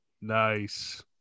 Nice